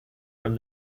from